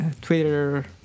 Twitter